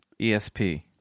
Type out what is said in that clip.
ESP